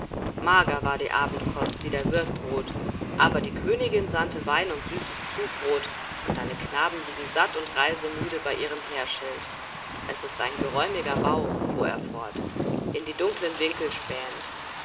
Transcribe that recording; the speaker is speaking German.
mager war die abendkost die der wirt bot aber die königin sandte wein und süßes zubrot und deine knaben liegen satt und reisemüde bei ihrem heerschild es ist ein geräumiger bau fuhr er fort in die dunklen winkel spähend